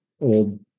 old